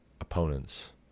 opponents